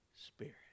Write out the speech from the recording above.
Spirit